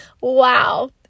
Wow